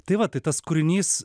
tai va tai tas kūrinys